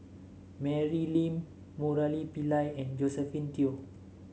Mary Lim Murali Pillai and Josephine Teo